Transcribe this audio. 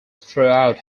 throughout